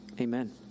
amen